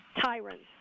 tyrants